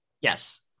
yes